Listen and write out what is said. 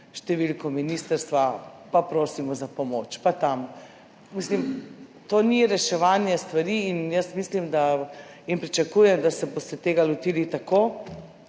številko ministrstva pa prosimo za pomoč. To ni reševanje stvari. Mislim in pričakujem, da se boste tega lotili tako,